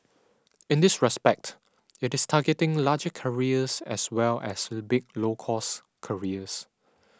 in this respect it is targeting larger carriers as well as big low cost carriers